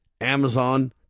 Amazon